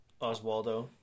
Oswaldo